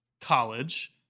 college